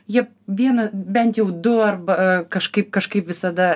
ji viena bent jau du arba kažkaip kažkaip visada